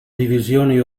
divisione